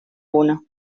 uno